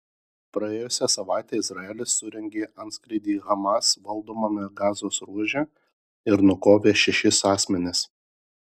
praėjusią savaitę izraelis surengė antskrydį hamas valdomame gazos ruože ir nukovė šešis asmenis